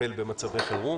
לטפל במצבי חירום